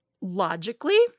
Logically